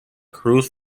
cruise